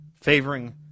favoring